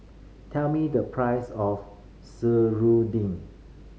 tell me the price of seruding